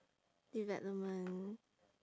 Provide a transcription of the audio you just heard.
development